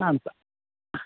ആ നടത്താം ആ